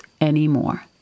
anymore